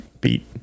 beat